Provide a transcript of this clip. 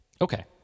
Okay